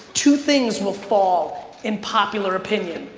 two things will fall in popular opinion.